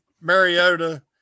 Mariota